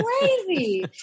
crazy